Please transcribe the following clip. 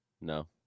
no